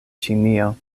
ĉinio